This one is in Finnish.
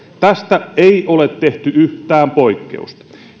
tästä ei ole tehty yhtään poikkeusta